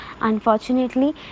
Unfortunately